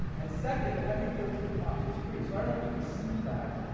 and second, every thirteenth coffee is free. so i don't know if you can see that,